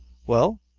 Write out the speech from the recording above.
well?